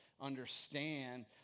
understand